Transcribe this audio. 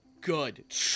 Good